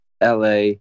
LA